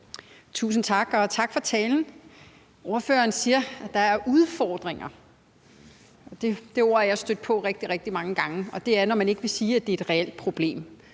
Tusind tak, og tak for talen. Ordføreren siger, at der er udfordringer, og det ord er jeg stødt på rigtig, rigtig mange gange, og det er, når man ikke vil sige, at det er et reelt problem.